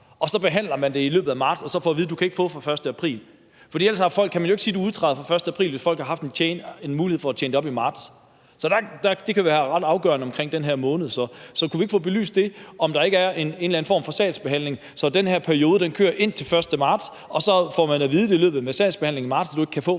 bliver behandler i løbet af marts og man så får at vide, at man ikke kan få det fra den 1. april. Ellers kan vi jo ikke sige, at folk udtræder fra den 1. april, altså hvis folk har haft en mulighed for at tjene det op i marts. Den her måned kan være ret afgørende, så kunne vi ikke få belyst, om der ikke er en eller anden form for sagsbehandling, hvor den her periode kører indtil den 1. marts og man så får at vide i løbet af sagsbehandlingen i marts, at man ikke kan få